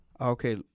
Okay